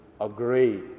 agree